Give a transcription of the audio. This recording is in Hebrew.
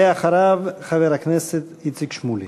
ואחריו, חבר הכנסת איציק שמולי.